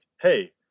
hey